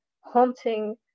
haunting